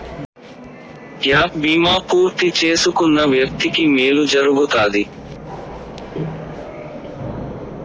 gap బీమా పూర్తి చేసుకున్న వ్యక్తికి మేలు జరుగుతాది